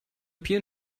peer